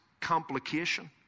complication